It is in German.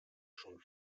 schon